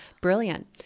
brilliant